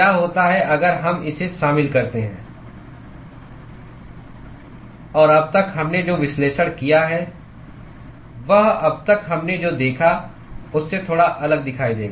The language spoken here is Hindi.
क्या होता है अगर हम इसे शामिल करते हैं और अब तक हमने जो विश्लेषण किया है वह अब तक हमने जो देखा उससे थोड़ा अलग दिखाई देगा